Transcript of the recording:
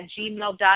gmail.com